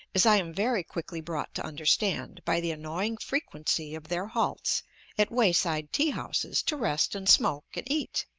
as i am very quickly brought to understand by the annoying frequency of their halts at way-side tea-houses to rest and smoke and eat.